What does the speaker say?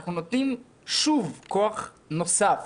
אנחנו נותנים שוב כוח נוסף